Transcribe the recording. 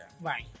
Right